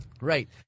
Right